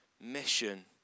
mission